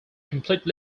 complete